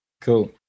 Cool